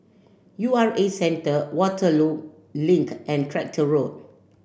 U R A Centre Waterloo Link and Tractor Road